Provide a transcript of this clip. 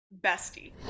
bestie